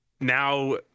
now